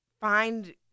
find